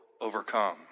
overcome